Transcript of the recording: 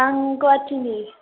आं गुवाहाटिनि